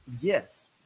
Yes